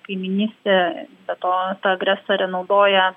kaimynystė be to ta agresorė naudoja